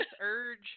urge